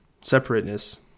separateness